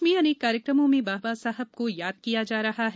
प्रदेश में अनेक कार्यक्रमों में बाबा साहब को याद किया जा रहा है